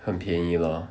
很便宜 lor